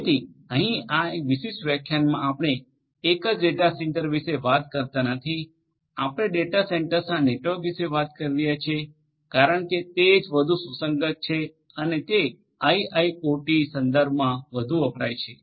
જેથી અહીં આ વિશિષ્ટ વ્યાખ્યાનમાં આપણે એક જ ડેટા સેન્ટર વિશે વાત કરતા નથી આપણે ડેટા સેન્ટરના નેટવર્ક વિશે વાત કરી રહ્યા છીએ કારણ કે તે જ વધુ સુસંગત છે અને તે આઇઆઇઓટીના સંદર્ભમાં વધુ વપરાય છે